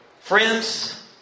Friends